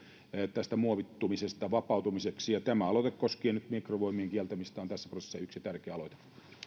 muovittumisesta vapautumiseksi ja tämä aloite koskien nyt mikromuovien kieltämistä on tässä prosessissa yksi tärkeä aloite